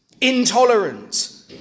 Intolerant